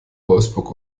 wolfsburg